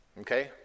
Okay